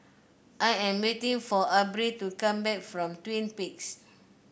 I am waiting for Abril to come back from Twin Peaks